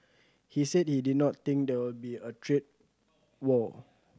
he said he did not think there will be a trade war